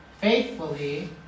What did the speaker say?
faithfully